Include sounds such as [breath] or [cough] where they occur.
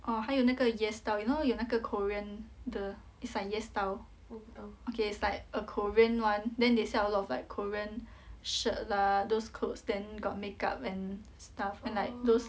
哦还有那个 yes style you know 有那个 korean 的 it's like yes style okay it's like a korean one then they sell a lot of like korean [breath] shirt lah those clothes then got makeup and stuff then like those